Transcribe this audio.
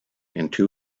into